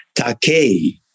takei